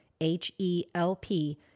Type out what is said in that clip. H-E-L-P